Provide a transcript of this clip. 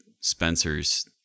spencer's